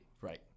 Right